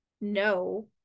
No